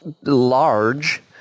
large